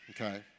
Okay